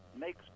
makes